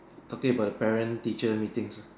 talking about the parents teacher meetings